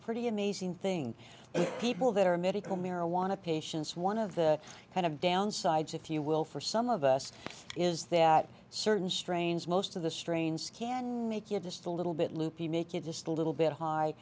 pretty amazing thing people that are medical marijuana patients one of the kind of downsides if you will for some of us is that certain strains most of the strains can make it just a little bit loopy make it just a little bit high